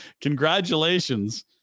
Congratulations